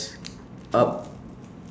up